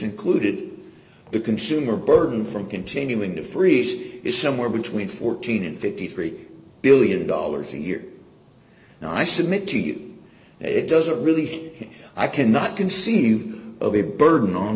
included the consumer burden from continuing to freeze is somewhere between fourteen dollars and fifty three billion dollars a year and i submit to you it doesn't really i cannot conceive of a burden on